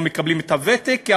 לא מקבלים ותק,